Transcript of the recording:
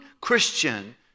Christian